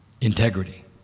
integrity